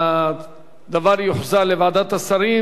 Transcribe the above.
הדבר יוחזר לוועדת השרים,